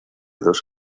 dos